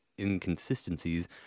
inconsistencies